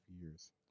years